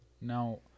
Now